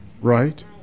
right